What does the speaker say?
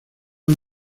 han